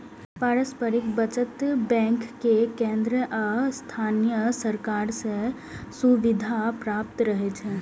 पारस्परिक बचत बैंक कें केंद्र आ स्थानीय सरकार सं सुविधा प्राप्त रहै छै